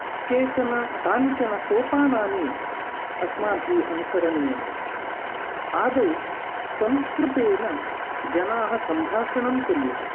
केचन कानीचन सोपानानि अस्माभिः अनुसरणीयानि आदौ संस्कृतेन जनाः सम्भाषणं कुर्युः